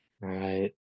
Right